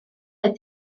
oedd